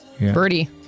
Birdie